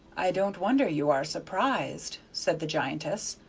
i don't wonder you are surprised, said the giantess.